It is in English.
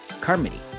Carmody